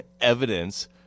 evidence